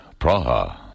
Praha